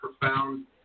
profound